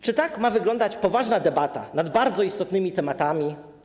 Czy tak ma wyglądać poważna debata nad bardzo istotnymi tematami?